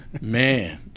Man